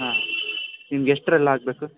ಹಾಂ ನಿಮ್ಗೆ ಎಷ್ಟ್ರಲ್ಲಿ ಆಗಬೇಕು